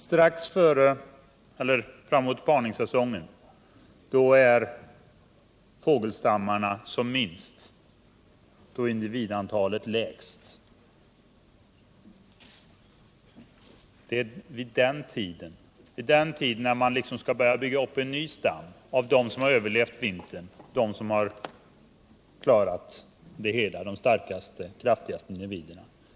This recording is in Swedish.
Strax före eller in på parningssäsongen är fågelstammarna som minst, då är individantalet lägst. Det är vid den tiden propositionen föreslår att den här jakten skall sättas in — när man skall börja bygga upp en ny stam av dem som har överlevt vintern, de starkaste och kraftigaste individerna.